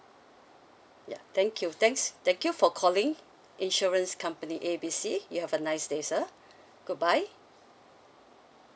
ya thank you thanks thank you for calling insurance company A B C you have a nice day sir goodbye